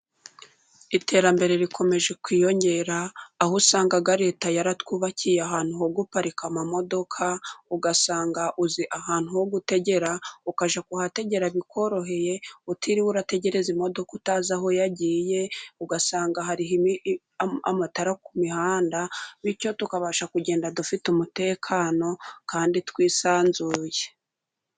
Iterambere rikomeje kwiyongera, aho usanga leta yaratwubakiye ahantu ho guparika amamodoka, usanga uzi ahantu ho gutegera ukajya kuhategera bikoworoheye, utiriwe urategereze imodoka utazi aho yagiye, ugasanga hari amatara ku mihanda bityo tukabasha kugenda, dufite umutekano kandi twisanzuye.